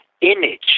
image